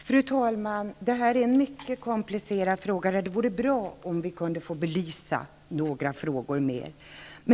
Fru talman! Det här är en mycket komplicerad fråga, och det vore bra om vi kunde få belysa den något mer.